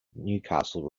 newcastle